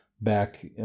back